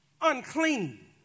unclean